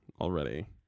already